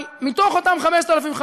אבל מתוך אותן 5,500,